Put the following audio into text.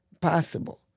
possible